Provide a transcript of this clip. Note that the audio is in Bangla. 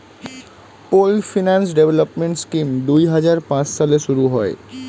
পোল্ড ফিন্যান্স ডেভেলপমেন্ট স্কিম দুই হাজার পাঁচ সালে শুরু হয়